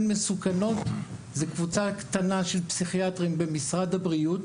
מסוכנות זאת קבוצה קטנה של פסיכיאטרים במשרד הבריאות